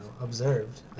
observed